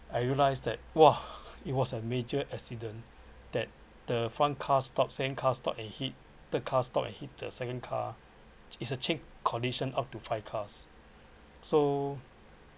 I realise that !wah! it was a major accident that the front car stop second car stop and hit the car stopped and hit the second car is a chain condition up to five cars so